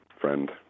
friend